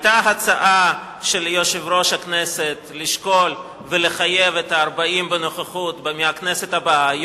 היתה הצעה של יושב-ראש הכנסת לשקול ולחייב את ה-40 בנוכחות מהכנסת הבאה.